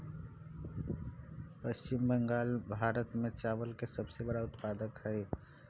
पश्चिम बंगाल भारत में चावल के सबसे बड़ा उत्पादक हई